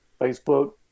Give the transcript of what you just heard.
Facebook